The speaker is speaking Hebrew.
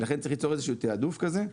ולכן צריך ליצור איזשהו תעדוף כזה.